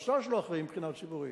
והשר שלו אחראי מבחינה ציבורית,